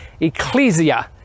ecclesia